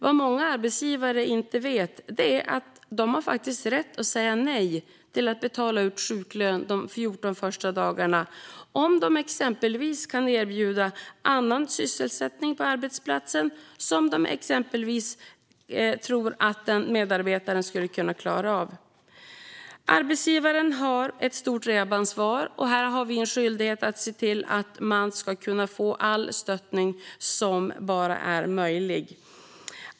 Vad många arbetsgivare inte vet är att de faktiskt har rätt att säga nej till att betala ut sjuklön de första 14 dagarna om de exempelvis kan erbjuda annan sysselsättning på arbetsplatsen som de tror att medarbetaren skulle kunna klara av. Arbetsgivaren har ett stort rehabansvar. Här har vi en skyldighet att se till att man ska kunna få all stöttning som bara är möjlig.